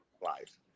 life